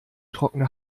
trockene